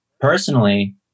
Personally